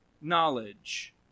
knowledge